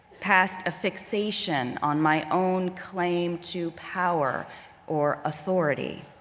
past a fixation on my own claim to power or authority.